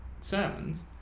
sermons